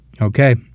okay